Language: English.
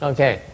Okay